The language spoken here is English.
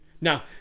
Now